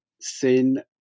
sin